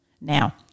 now